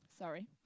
sorry